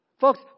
Folks